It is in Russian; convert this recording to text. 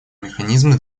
механизмы